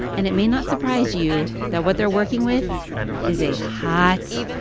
and it may not surprise you that what they're working with is a hot,